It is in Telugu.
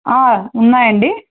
ఉన్నాయా అండి